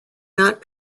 not